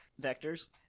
vectors